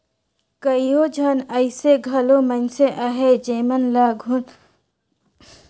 कइयो झन अइसे घलो मइनसे अहें जेमन ल धनकुट्टी में कुटाल चाँउर हर ही सुहाथे